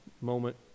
moment